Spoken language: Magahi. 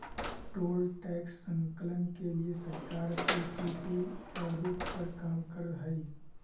टोल टैक्स संकलन के लिए सरकार पीपीपी प्रारूप पर काम करऽ हई